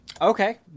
Okay